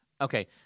Okay